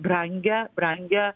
brangią brangią